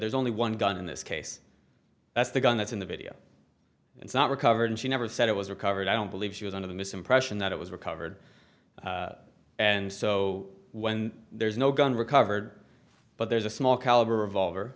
there's only one gun in this case that's the gun that's in the video it's not recovered and she never said it was recovered i don't believe she was under the misimpression that it was recovered and so when there's no gun recovered but there's a small caliber